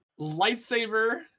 lightsaber